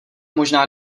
možná